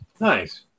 Nice